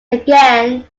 again